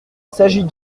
s’agit